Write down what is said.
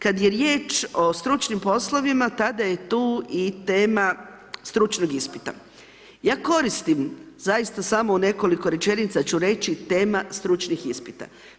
Kad je riječ o stručnim poslovima tada je tu i tema stručnog ispita, ja koristim zaista samo u nekoliko rečenica ću reći tema stručnih ispita.